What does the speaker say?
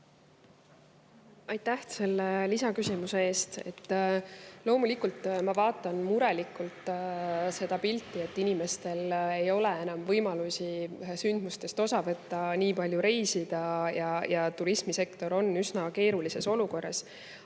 Aitäh selle lisaküsimuse eest! Loomulikult ma vaatan murelikult seda pilti, et inimestel ei ole enam võimalusi sündmustest osa võtta, nii palju reisida ja turismisektor on üsna keerulises olukorras. Aga